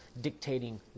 dictating